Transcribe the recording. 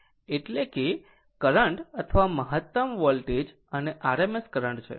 એટલે કે કરંટ અથવા મહતમ વોલ્ટેજ અને RMS મૂલ્ય કરંટ છે